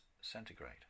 centigrade